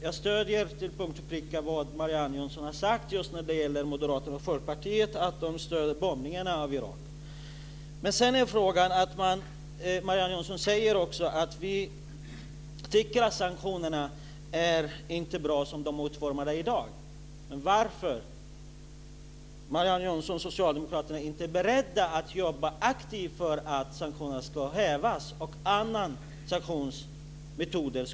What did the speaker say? Jag stöder till punkt och pricka det som hon har sagt när det gäller moderater och folkpartister, att de stöder bombningarna av Marianne Jönsson säger också att hon tycker att sanktionerna som de är utformade i dag inte är bra. Men varför är Marianne Jönsson och socialdemokraterna inte beredda att jobba aktivt för att sanktionerna ska hävas och ersättas med andra sanktionsmetoder?